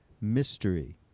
Mystery